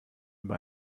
über